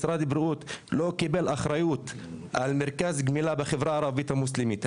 משרד הבריאות לא קיבל אחריות על מרכז גמילה בחברה הערבית המוסלמית.